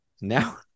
now